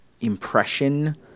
impression